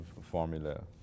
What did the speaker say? formula